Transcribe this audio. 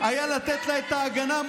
אתה סיימת את זמנך.